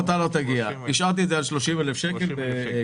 השארתי את זה על 30,000 שקל.